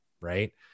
right